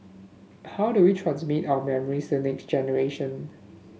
how do we transmit our memories to next generation